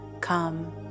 come